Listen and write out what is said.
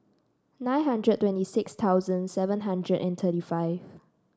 nine hundred twenty six thousand seven hundred and thirty five